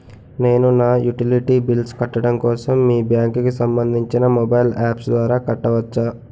నేను నా utility bills కట్టడం కోసం మీ బ్యాంక్ కి సంబందించిన మొబైల్ అప్స్ ద్వారా కట్టవచ్చా?